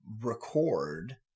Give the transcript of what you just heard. record